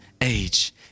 age